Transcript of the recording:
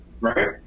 right